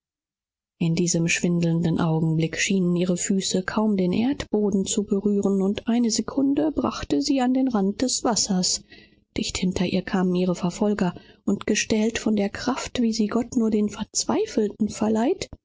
in diesem schwindelnden momente schienen elisa's füße kaum den boden zu berühren und ein augenblick brachte sie an den wasserrand des flusses dicht hinter ihr folgten jene und wie gestählt von einer kraft wie sie gott nur den verzweifelnden verleiht